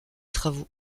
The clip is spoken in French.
travaux